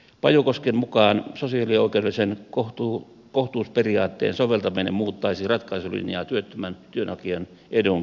pajukosken mukaan sosiaalioikeudellisen kohtuusperiaatteen soveltaminen muuttaisi ratkaisulinjaa työttömän työnhakijan edun suuntaan